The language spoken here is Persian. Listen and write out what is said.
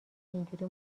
اینجوری